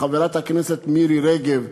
חברת הכנסת מירי רגב,